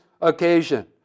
occasion